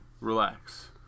Relax